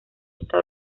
esta